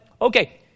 okay